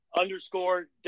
underscore